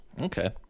Okay